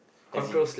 as in